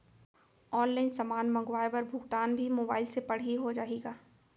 Online समान मंगवाय बर भुगतान भी मोबाइल से पड़ही हो जाही का?